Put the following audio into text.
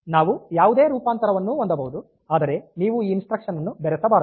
ನಾವು ಯಾವುದೇ ರೂಪಾಂತರವನ್ನು ಹೊಂದಬಹುದು ಆದರೆ ನೀವು ಈ ಇನ್ಸ್ಟ್ರಕ್ಷನ್ ಅನ್ನು ಬೆರೆಸಬಾರದು